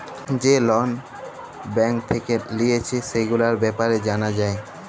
যে লল ব্যাঙ্ক থেক্যে লিয়েছে, সেগুলার ব্যাপারে জালা যায়